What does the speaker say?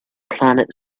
planet